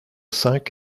cinq